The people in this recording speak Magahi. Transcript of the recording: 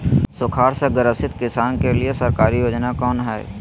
सुखाड़ से ग्रसित किसान के लिए सरकारी योजना कौन हय?